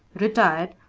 retired,